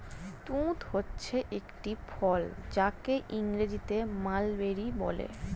তুঁত হচ্ছে একটি ফল যাকে ইংরেজিতে মালবেরি বলে